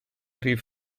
rif